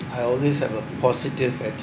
I always have a positive